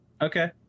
Okay